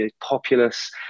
populous